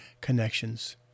connections